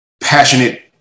passionate